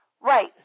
Right